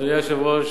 אדוני היושב-ראש,